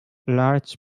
large